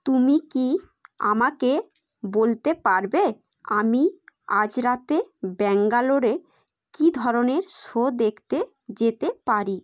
তুমি কি আমাকে বলতে পারবে আমি আজ রাতে ব্যাঙ্গালোরে কী ধরনের শো দেখতে যেতে পারি